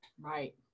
Right